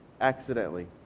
accidentally